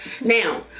Now